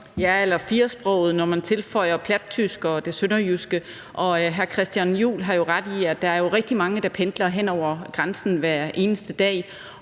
Ja, eller firsproget, når man tilføjer plattysk og sønderjysk. Hr. Christian Juhl har jo ret i, at der er rigtig mange, der pendler hen over grænsen hver eneste dag.